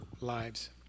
lives